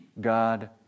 God